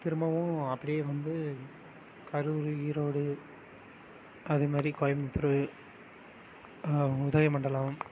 திரும்பவும் அப்படியே வந்து கரூர் ஈரோடு அதேமாதிரி கோயமுத்தூர் உதயமண்டலம்